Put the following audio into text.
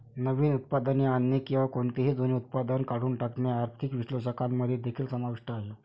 नवीन उत्पादने आणणे किंवा कोणतेही जुने उत्पादन काढून टाकणे आर्थिक विश्लेषकांमध्ये देखील समाविष्ट आहे